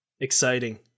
Exciting